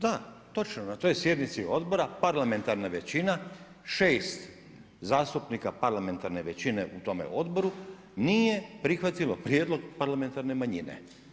Da, na toj sjednici odbora parlamentarna većina, 6 zastupnika parlamentarne većine u tome odboru nije prihvatilo prijedlog parlamentarne manjine.